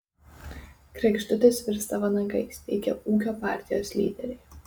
kregždutės virsta vanagais teigia ūkio partijos lyderiai